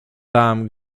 tam